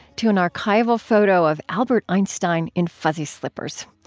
to an archival photo of albert einstein in fuzzy slippers.